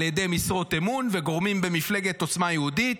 ידי אנשים משרות אמון וגורמים במפלגת עוצמה יהודית,